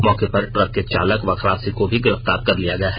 मौके पर ट्रक के चालेक व खलासी को भी गिरफ्तार कर लिया गया है